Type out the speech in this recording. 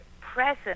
present